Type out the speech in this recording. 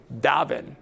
Davin